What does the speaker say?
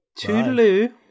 Toodaloo